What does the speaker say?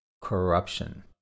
corruption